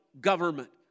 government